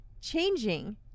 changing